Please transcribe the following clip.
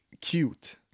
cute